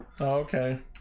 okay